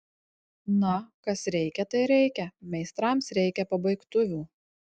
na kas reikia tai reikia meistrams reikia pabaigtuvių